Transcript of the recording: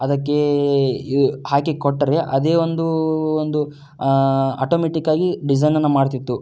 ಅದಕ್ಕೇ ಇ ಹಾಕಿ ಕೊಟ್ಟರೆ ಅದೇ ಒಂದೂ ಒಂದು ಅಟೋಮೆಟಿಕ್ಕಾಗಿ ಡಿಸೈನನ್ನು ಮಾಡ್ತಿತ್ತು